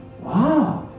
wow